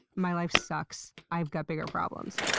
my life sucks, i've got bigger problems.